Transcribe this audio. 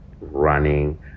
running